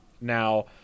now